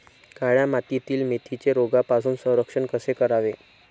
काळ्या मातीतील मेथीचे रोगापासून संरक्षण कसे करावे?